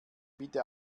bitte